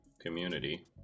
community